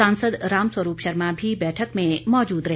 सांसद रामस्वरूप शर्मा भी बैठक में मौजूद रहे